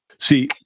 See